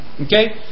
Okay